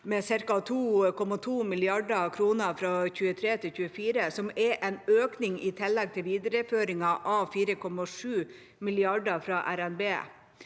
med ca. 2,2 mrd. kr fra 2023 til 2024, som er en økning i tillegg til videreføringen av 4,7 mrd. kr fra RNB